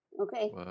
okay